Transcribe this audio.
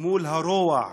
מול הרוע,